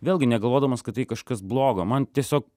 vėlgi negalvodamas kad tai kažkas blogo man tiesiog